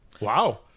Wow